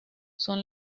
son